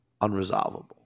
unresolvable